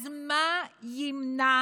אז מה ימנע